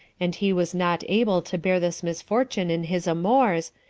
and he was not able to bear this misfortune in his amours,